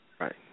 Right